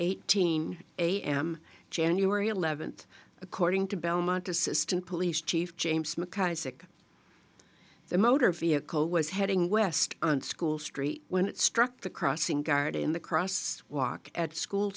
eighteen am january eleventh according to belmont assistant police chief james mcisaac the motor vehicle was heading west on school street when it struck the crossing guard in the cross walk at school